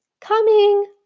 Coming